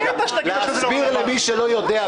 להסביר למי שלא יודע,